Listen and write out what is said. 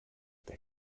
der